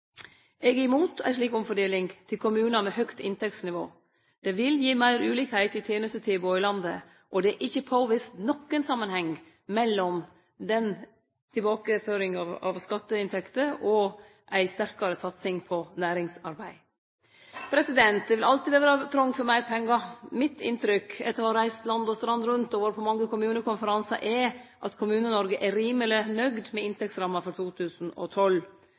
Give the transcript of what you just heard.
Eg er imot ei slik omfordeling til kommunar med høgt inntektsnivå. Det vil gi meir ulikskap i tenestetilbodet i landet, og det er ikkje påvist nokon samanheng mellom tilbakeføringa av skatteinntekter og ei sterkare satsing på næringsarbeid. Det vil alltid vere trong for meir pengar. Mitt inntrykk – etter å ha reist land og strand rundt og vore på mange kommunekonferansar – er at Kommune-Noreg er rimeleg nøgd med inntektsramma for 2012.